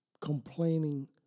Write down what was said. complaining